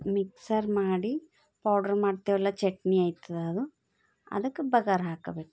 mixer ಮಾಡಿ powder ಮಾಡ್ತೀವಲ್ಲ ಚಟ್ನಿ ಆಗ್ತದದು ಅದಕ್ಕೆ ಬಗರ್ ಹಾಕಬೇಕು